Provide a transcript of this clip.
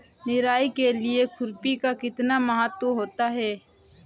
निराई के लिए खुरपी का कितना महत्व होता है?